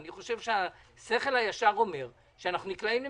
אני חושב שהשכל הישר אומר שאנחנו נקלעים למצוקה.